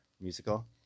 musical